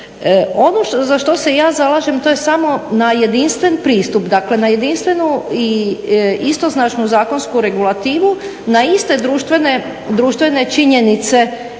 Ono za što se ja zalažem to je samo na jedinstven pristup, dakle na jedinstvenu i istoznačnu zakonsku regulativu na iste društvene činjenice i